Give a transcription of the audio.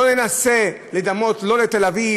לא ננסה לדמות לא לתל אביב,